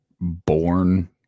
born